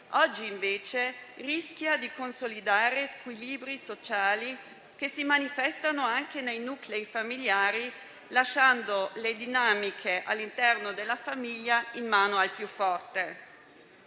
oggi, invece, rischia di consolidare squilibri sociali che si manifestano anche nei nuclei familiari, lasciando le dinamiche all'interno della famiglia in mano al più forte.